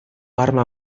arma